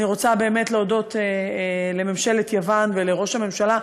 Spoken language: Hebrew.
אני רוצה להודות לממשלת יוון ולראש הממשלה,